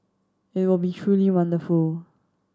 it will be truly wonderful